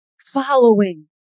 following